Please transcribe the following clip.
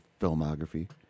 filmography